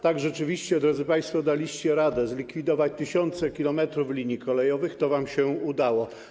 Tak, rzeczywiście, drodzy państwo, daliście radę - zlikwidować tysiące kilometrów linii kolejowych, to wam się udało.